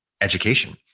education